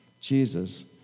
Jesus